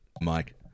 Mike